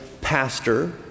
pastor